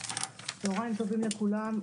צוהריים טובים לכולם.